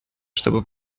чтобы